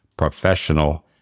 professional